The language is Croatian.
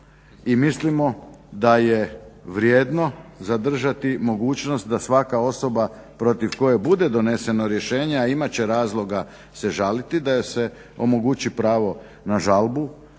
mislimo da je vrijedno zadržati mogućnost da svaka osoba protiv koje bude doneseno rješenje a imat će razloga se žaliti da joj se omogući pravo na žalbu